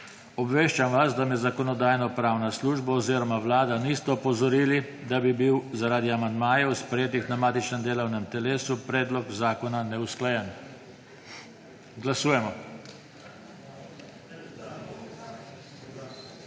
Obveščam vas, da me Zakonodajno-pravna služba oziroma Vlada nista opozorili, da bi bil zaradi amandmajev, sprejetih na matičnem delovnem telesu, predlog zakona neusklajen. Glasujemo.